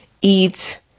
eat